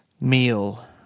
meal